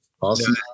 awesome